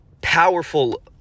powerful